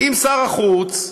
אם שר החוץ,